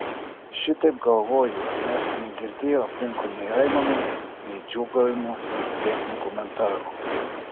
šitaip galvoju nes negirdėjau aplinkui nei aimanų nei džiūgavimų nei didesnių komentarų